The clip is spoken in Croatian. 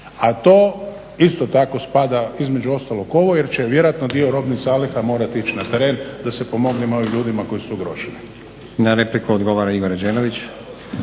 a to isto tako spada između ostalog u ovo jer će vjerojatno dio robnih zaliha morati ići na teren da se pomogne ovim ljudima koji su ugroženi.